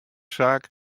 saak